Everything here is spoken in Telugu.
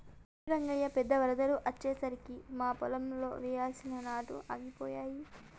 అవును రంగయ్య పెద్ద వరదలు అచ్చెసరికి మా పొలంలో వెయ్యాల్సిన నాట్లు ఆగిపోయాయి